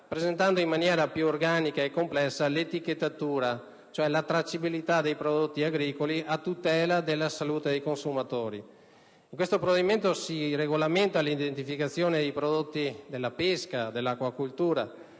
presentando in maniera più organica e complessa l'etichettatura, cioè la tracciabilità dei prodotti agricoli, a tutela della salute dei consumatori. In questo provvedimento si regolamenta l'identificazione dei prodotti della pesca e dell'acquacoltura,